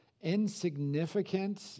insignificant